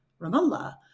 Ramallah